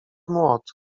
młot